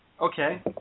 Okay